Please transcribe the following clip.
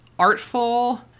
artful